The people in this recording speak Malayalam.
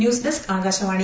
news desk Akashvani